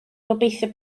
gobeithio